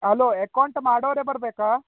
hello account ಮಾಡೋರೆ ಬರಬೇಕಾ